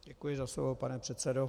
Děkuji za slovo, pane předsedo.